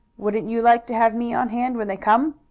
wouldn't you like to have me on hand when they come?